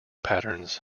patterns